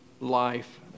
life